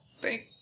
Thank